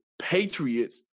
Patriots